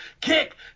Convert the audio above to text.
Kick